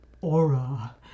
aura